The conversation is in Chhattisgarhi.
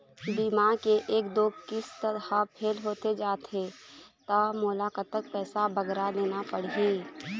बीमा के एक दो किस्त हा फेल होथे जा थे ता मोला कतक पैसा बगरा देना पड़ही ही?